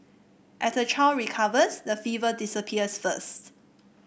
as the child recovers the fever disappears first